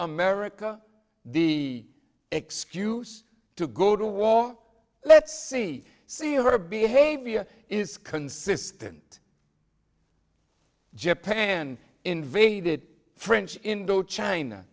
america the excuse to go to war let's see see her behavior is consistent japan invaded french indochina